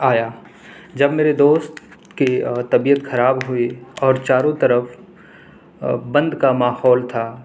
آیا جب میرے دوست کی طبیعت خراب ہوئی اور چاروں طرف بند کا ماحول تھا